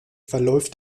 verläuft